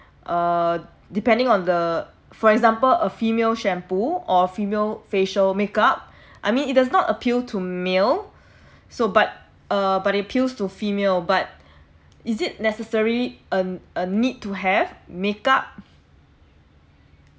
uh depending on the for example a female shampoo or female facial make up I mean it does not appeal to male so but err but it appeals to female but is it necessary a a need to have makeup